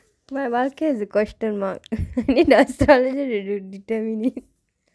my வாழ்க்கை:vaazhkkai is a question mark நா:naa suddenly determining